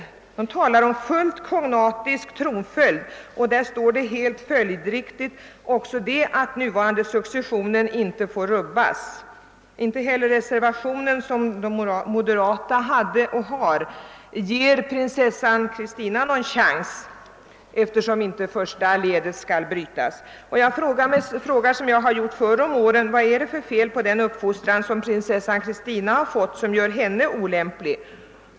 Reservanterna talar om full kognatisk tronföljd och skriver helt följdriktigt att den nuvarande successionen inte får rubbas. Inte heller moderata samlingspartiets reservation ger prinsessan Christina någon chans, eftersom första ledet inte skall brytas. Jag frågar som förr om åren: Vad är det för fel på prinsessan Christinas uppfostran; vad är det som gör henne olämplig?